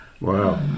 Wow